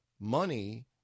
Money